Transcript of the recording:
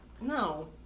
No